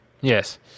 Yes